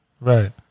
Right